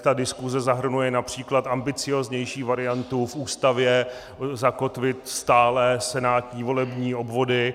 Ta diskuse zahrnuje například ambicióznější variantu v Ústavě zakotvit stálé senátní volební obvody.